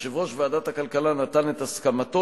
יושב-ראש ועדת הכלכלה נתן את הסכמתו